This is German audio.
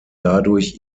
dadurch